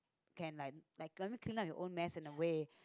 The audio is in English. can like like I mean clean up your own mess in a way